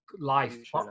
life